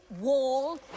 wall